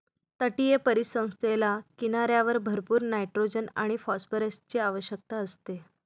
तटीय परिसंस्थेला किनाऱ्यावर भरपूर नायट्रोजन आणि फॉस्फरसची आवश्यकता असते